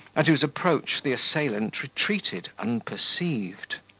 at whose approach the assailant retreated unperceived.